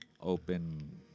open